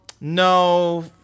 no